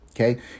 okay